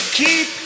keep